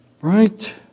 Right